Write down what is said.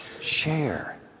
share